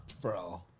bro